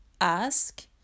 ask